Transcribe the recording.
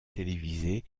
télévisé